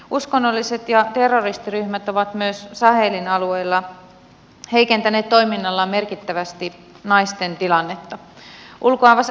uskonnolliset ryhmät ja terroristiryhmät ovat myös sahelin alueella heikentäneet toiminnallaan merkittävästi naisten tilannetta